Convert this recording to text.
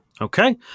Okay